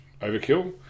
Overkill